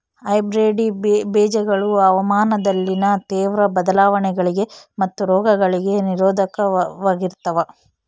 hybrid ಬೇಜಗಳು ಹವಾಮಾನದಲ್ಲಿನ ತೇವ್ರ ಬದಲಾವಣೆಗಳಿಗೆ ಮತ್ತು ರೋಗಗಳಿಗೆ ನಿರೋಧಕವಾಗಿರ್ತವ